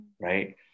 right